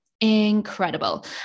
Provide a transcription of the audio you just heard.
incredible